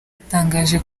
yatangaje